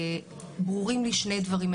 ברורים לי שני דברים.